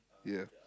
ya